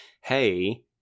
hey